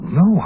no